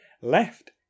left